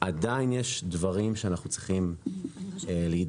עדיין יש דברים שאנחנו צריכים להידיין